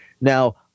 Now